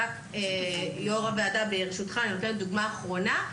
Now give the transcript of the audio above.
יו"ר הוועדה, ברשותך, אני אתן דוגמה אחרונה.